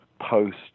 post